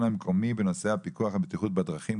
המקומי בנושא הפיקוח על בטיחות בבנייה,